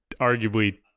arguably